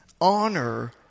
honor